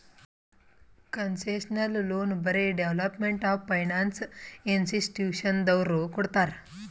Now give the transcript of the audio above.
concessional loan ಬರೇ development of finance ಇನ್ಸ್ಟಿಟ್ಯೂಷನದವ್ರು ಕೊಡ್ತಾರ್